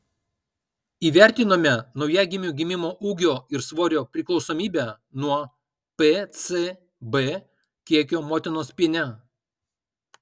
įvertinome naujagimių gimimo ūgio ir svorio priklausomybę nuo pcb kiekio motinos piene